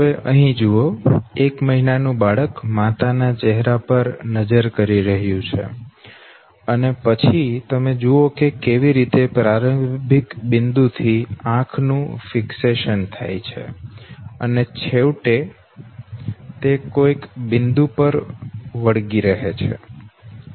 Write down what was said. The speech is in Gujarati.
હવે અહીં જુઓ એક મહિના નું બાળક માતાના ચહેરા પર નજર કરી રહ્યું છે અને પછી તમે જુઓ કે કેવી રીતે પ્રારંભિક બિંદુ થી આંખનું ફિક્સેશન બદલાય છે અને છેવટે જાય છે અને કોઈક બિંદુ પર વળગી રહે છે